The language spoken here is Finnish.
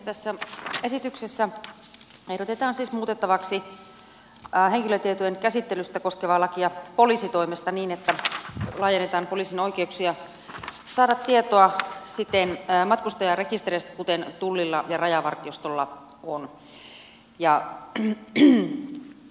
tässä esityksessä ehdotetaan siis muutettavaksi henkilötietojen käsittelyä poliisitoimessa koskevaa lakia niin että laajennetaan poliisin oikeuksia saada tietoa matkustajarekistereistä siten kuten tullilla ja rajavartiostolla on